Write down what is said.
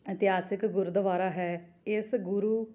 ਇਤਿਹਾਸਿਕ ਗੁਰਦੁਆਰਾ ਹੈ ਇਸ ਗੁਰੂ